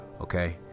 okay